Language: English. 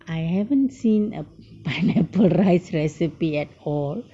I haven't seen a pineapple rice recipe at all